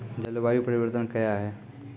जलवायु परिवर्तन कया हैं?